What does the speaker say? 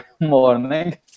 morning